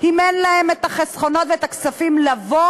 אם אין להם החסכונות והכספים לבוא